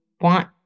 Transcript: want